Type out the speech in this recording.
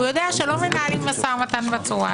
הוא יודע שלא מנהלים משא ומתן כך.